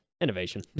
innovation